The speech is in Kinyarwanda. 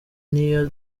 niyo